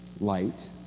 light